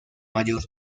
mayor